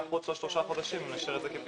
שלושה חודשים אז --- צריכים לשבת על זה.